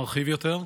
מרחיב יותר,